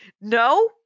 no